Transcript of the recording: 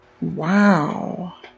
Wow